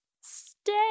stay